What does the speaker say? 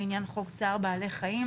לעניין חוק צער בעלי חיים,